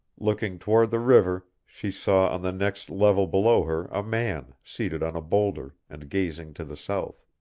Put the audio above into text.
looking toward the river she saw on the next level below her a man, seated on a bowlder, and gazing to the south.